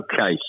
Okay